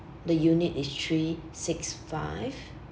the unit is three six five